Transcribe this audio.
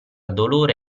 dolore